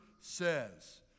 says